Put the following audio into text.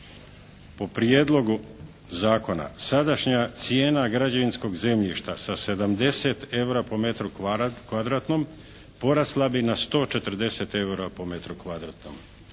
Po Prijedlogu zakona sadašnja cijena građevinskog zemljišta sa 70 EUR-a po metru kvadratnom porasla bi na 140 EUR-a po metru kvadratnom.